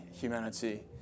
humanity